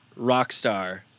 Rockstar